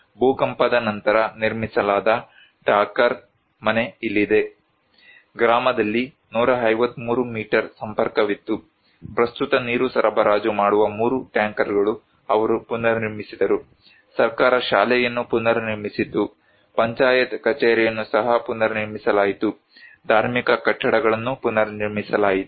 ಭೂಕಂಪದ ನಂತರ ನಿರ್ಮಿಸಲಾದ ಠಾಕರ್ ಮನೆ ಇಲ್ಲಿದೆ ಗ್ರಾಮದಲ್ಲಿ 153 ಮೀಟರ್ ಸಂಪರ್ಕವಿತ್ತು ಪ್ರಸ್ತುತ ನೀರು ಸರಬರಾಜು ಮಾಡುವ ಮೂರು ಟ್ಯಾಂಕರ್ಗಳು ಅವರು ಪುನರ್ನಿರ್ಮಿಸಿದರು ಸರ್ಕಾರ ಶಾಲೆಯನ್ನು ಪುನರ್ನಿರ್ಮಿಸಿತು ಪಂಚಾಯತ್ ಕಚೇರಿಯನ್ನು ಸಹ ಪುನರ್ನಿರ್ಮಿಸಲಾಯಿತು ಧಾರ್ಮಿಕ ಕಟ್ಟಡಗಳನ್ನು ಪುನರ್ನಿರ್ಮಿಸಲಾಯಿತು